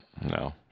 No